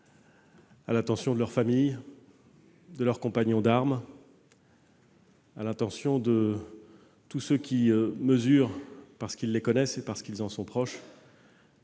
drapeaux, de leurs familles, de leurs compagnons d'armes, et à l'intention de tous ceux qui mesurent, parce qu'ils les connaissent et qu'ils en sont proches,